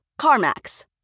CarMax